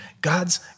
God's